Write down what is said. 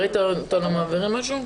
ראית אותנו מעבירים משהו?